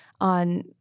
on